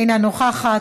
אינה נוכחת,